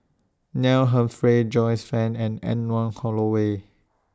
Neil Humphreys Joyce fan and Anne Wong Holloway